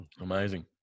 Amazing